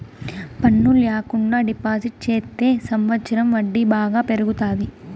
పన్ను ల్యాకుండా డిపాజిట్ చెత్తే సంవచ్చరం వడ్డీ బాగా పెరుగుతాది